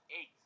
eight